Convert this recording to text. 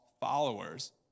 followers